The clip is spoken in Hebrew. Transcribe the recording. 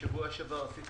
בשבוע שעבר עשיתי